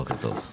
בוקר טוב.